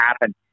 happen